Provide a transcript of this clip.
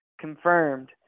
confirmed